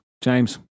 James